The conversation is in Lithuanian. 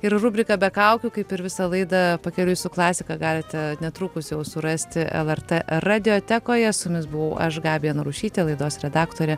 ir rubriką be kaukių kaip ir visą laidą pakeliui su klasika galite netrukus jau surasti lrt radiotekoje su jumis buvau aš gabija narušytė laidos redaktorė